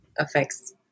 affects